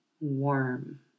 Warm